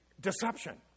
Deception